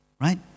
Right